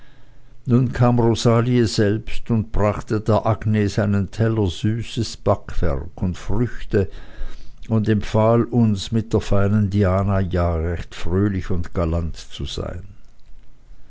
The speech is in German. nun kam rosalie selbst und brachte der agnes einen teller süßes backwerk und früchte und empfahl uns mit der feinen diana ja recht fröhlich und galant zu sein